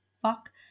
fuck